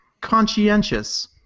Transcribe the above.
conscientious